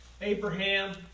Abraham